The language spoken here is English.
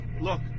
Look